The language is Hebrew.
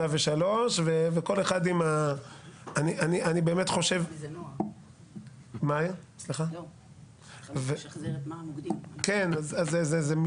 103. זהו